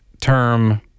term